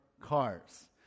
cars